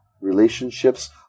relationships